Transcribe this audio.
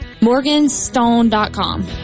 Morganstone.com